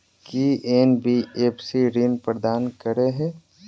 की NBFC ऋण प्रदान करे है?